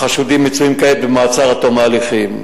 החשודים מצויים כעת במעצר עד תום ההליכים.